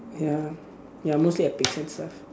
ya ya mostly at lah